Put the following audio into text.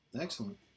Excellent